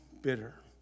bitter